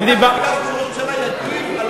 למה אתה מכניס לנו דברים לפה?